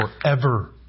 forever